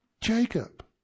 Jacob